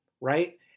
Right